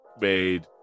made